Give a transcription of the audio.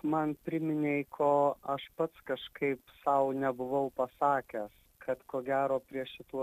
man priminei ko aš pats kažkaip sau nebuvau pasakęs kad ko gero prie šitų